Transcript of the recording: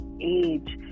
age